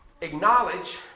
acknowledge